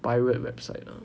pirate website lah